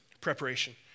Preparation